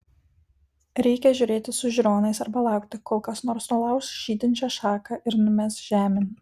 reikia žiūrėti su žiūronais arba laukti kol kas nors nulauš žydinčią šaką ir numes žemėn